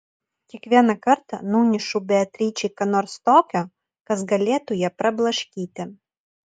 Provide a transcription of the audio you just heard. kiekvieną kartą nunešu beatričei ką nors tokio kas galėtų ją prablaškyti